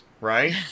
right